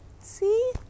See